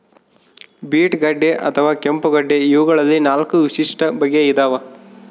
beet ಗಡ್ಡೆ ಅಥವಾ ಕೆಂಪುಗಡ್ಡೆ ಇವಗಳಲ್ಲಿ ನಾಲ್ಕು ವಿಶಿಷ್ಟ ಬಗೆ ಇದಾವ